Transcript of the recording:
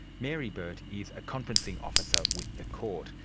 mary burt is a conferencing officer with the court.